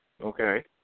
Okay